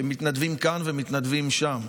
שמתנדבים כאן ומתנדבים שם,